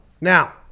Now